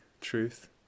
truth